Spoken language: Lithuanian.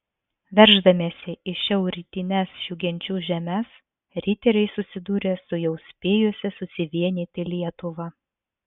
verždamiesi į šiaurrytines šių genčių žemes riteriai susidūrė su jau spėjusia susivienyti lietuva